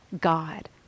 God